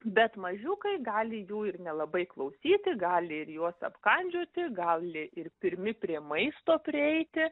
bet mažiukai gali jų ir nelabai klausyti gali ir juos apkandžioti gali ir pirmi prie maisto prieiti